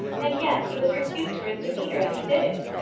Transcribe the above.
and yet he was rebuked for his demeanour as he did it.